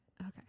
Okay